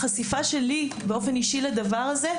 החשיפה שלי באולפן אישי לזה,